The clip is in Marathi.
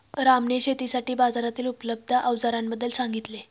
रामने शेतीसाठी बाजारातील उपलब्ध अवजारांबद्दल सांगितले